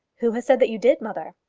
who has said that you did, mother?